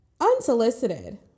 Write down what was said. unsolicited